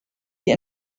die